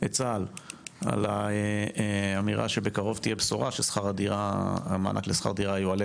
את צה"ל על האמירה שבקרוב תהיה בשורה שהמענק לשכר דירה יועלה